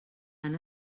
han